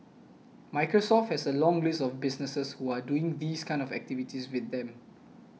microsoft has a long list of businesses who are doing these kind of activities with them